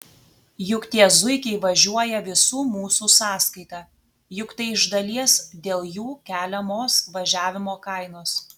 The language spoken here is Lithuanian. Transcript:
juk tie zuikiai važiuoja visų mūsų sąskaita juk tai iš dalies dėl jų keliamos važiavimo kainos